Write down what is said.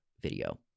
video